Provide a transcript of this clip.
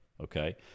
okay